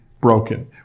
broken